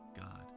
God